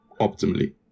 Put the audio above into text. optimally